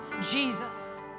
Jesus